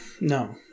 No